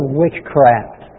witchcraft